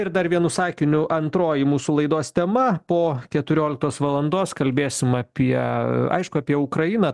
ir dar vienu sakiniu antroji mūsų laidos tema po keturioliktos valandos kalbėsim apie aišku apie ukrainą